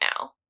now